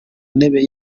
ntebe